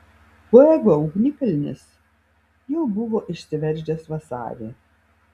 fuego ugnikalnis jau buvo išsiveržęs vasarį